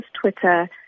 Twitter